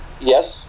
Yes